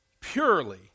purely